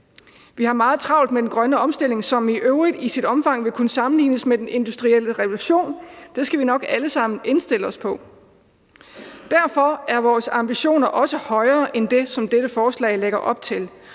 Vi har meget travlt med den grønne omstilling, som i øvrigt i sit omfang vil kunne sammenlignes med den industrielle revolution; det skal vi nok alle sammen indstille os på. Derfor er vores ambitioner også højere end det, som dette forslag lægger op til,